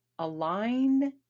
Align